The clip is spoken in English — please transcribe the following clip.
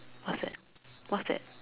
what's that what's that